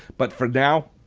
but for now,